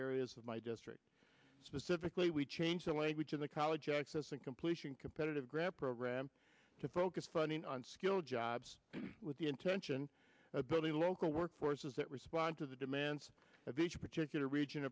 areas of my district specifically we change the language in the college access and completion competitive grant program to focus funding on skilled jobs with the intention of the early local workforce is that respond to the demands of each particular region